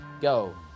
Go